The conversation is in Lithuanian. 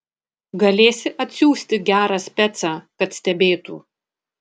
galėsi atsiųsti gerą specą kad stebėtų